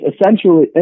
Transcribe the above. essentially